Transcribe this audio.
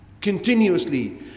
continuously